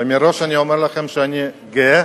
מראש אני אומר לכם שאני גאה